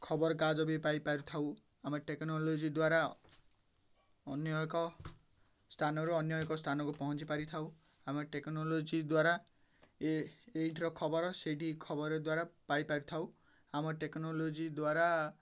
ଖବର କାଗଜ ବି ପାଇପାରିଥାଉ ଆମେ ଟେକ୍ନୋଲୋଜି ଦ୍ୱାରା ଅନ୍ୟ ଏକ ସ୍ଥାନରୁ ଅନ୍ୟ ଏକ ସ୍ଥାନକୁ ପହଞ୍ଚି ପାରିଥାଉ ଆମେ ଟେକ୍ନୋଲୋଜି ଦ୍ୱାରା ଏ ଏଇଠର ଖବର ସେଇଠି ଖବର ଦ୍ୱାରା ପାଇପାରିଥାଉ ଆମେ ଟେକ୍ନୋଲୋଜି ଦ୍ୱାରା